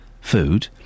food